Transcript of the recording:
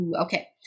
Okay